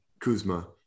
Kuzma